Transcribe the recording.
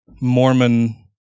Mormon